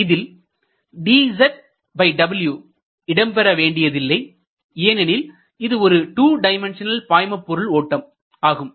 இதில் இடம் பெற வேண்டியதில்லை ஏனெனில் இது ஒரு 2 டைமண்ட்ஷனல் பாய்மபொருள் ஓட்டம் ஆகும்